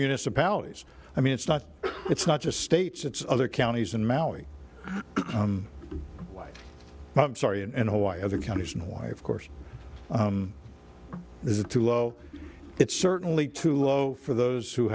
municipalities i mean it's not it's not just states it's other counties in maui like sorry and hawaii other counties and why of course this is too low it's certainly too low for those who